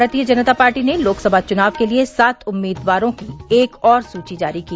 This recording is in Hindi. भारतीय जनता पार्टी ने लोकसभा चुनाव के लिए सात उम्मीदवारों की एक और सुची जारी की